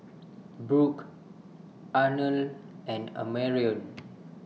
Brook Arnold and Amarion